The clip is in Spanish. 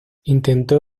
intentó